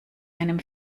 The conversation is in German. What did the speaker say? einem